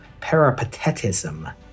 peripatetism